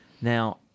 Now